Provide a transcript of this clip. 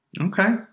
Okay